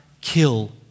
kill